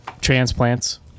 Transplants